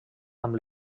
amb